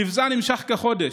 המבצע נמשך כחודש.